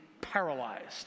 paralyzed